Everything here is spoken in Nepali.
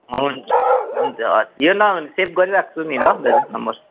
हुन्छ दाजु हुन्छ हस् यो न सेभ गरिराख्छु नि ल दाजु नम्बर